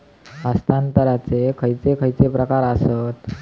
हस्तांतराचे खयचे खयचे प्रकार आसत?